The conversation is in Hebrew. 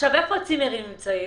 איפה הם נמצאים?